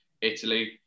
Italy